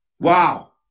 wow